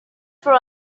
for